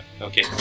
okay